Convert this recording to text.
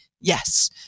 yes